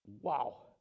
Wow